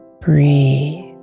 breathe